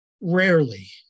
Rarely